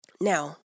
Now